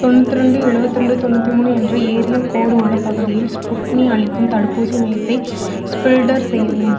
தொண்ணூத்திரெண்டு எழுவத்திரெண்டு தொண்ணூற்றி மூணு என்ற ஏரியா கோடு உள்ள பகுதியில் ஸ்புட்னி அளிக்கும் தடுப்பூசி மையத்தை ஸ்பில்டர் செய்யவும்